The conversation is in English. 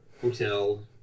hotel